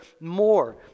more